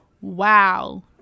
wow